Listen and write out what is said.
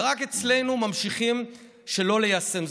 ורק אצלנו ממשיכים שלא ליישם.